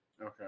Okay